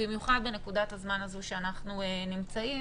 במיוחד בנקודת הזמן הזו שאנחנו נמצאים בה,